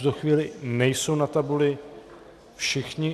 V tuto chvíli nejsou na tabuli všichni.